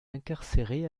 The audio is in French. incarcérés